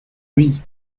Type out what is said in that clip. oui